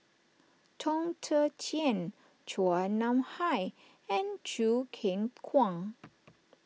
Chong Tze Chien Chua Nam Hai and Choo Keng Kwang